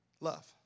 love